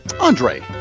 andre